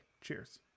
Cheers